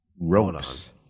ropes